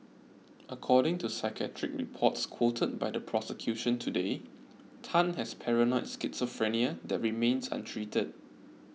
according to psychiatric reports quoted by the prosecution today Tan has paranoid schizophrenia that remains untreated